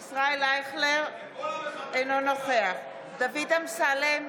אינו נוכח דוד אמסלם,